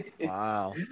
Wow